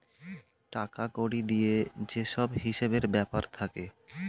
টাকা কড়ি দিয়ে যে সব হিসেবের ব্যাপার থাকে